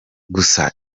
gusa